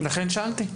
לכן שאלתי.